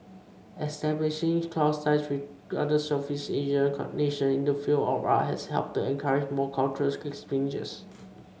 establishing close ties with other Southeast Asian nation in the field of art has helped to encourage more cultural exchanges